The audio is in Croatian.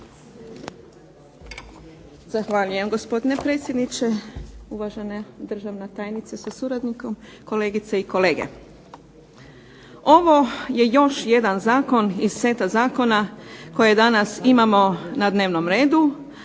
Zahvaljujem gospodine potpredsjedniče. Uvažena državna tajnice sa suradnikom, kolegice i kolege. Ovo je još jedan zakon iz seta zakona koje danas imamo na dnevnom redu,